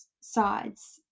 sides